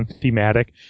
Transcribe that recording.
thematic